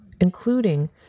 including